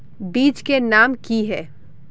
बीज के नाम की है?